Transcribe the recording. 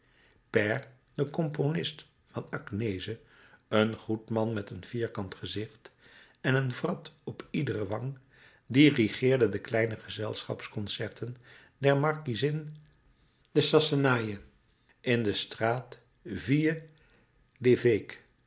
paër de componist van agnese een goed man met een vierkant gezicht en een wrat op iedere wang dirigeerde de kleine gezelschapsconcerten der markiezin de sassenaye in de straat ville